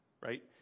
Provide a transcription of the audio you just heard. right